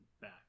back